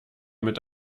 mit